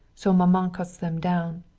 so maman cuts them down.